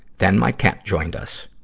then my cat joined us.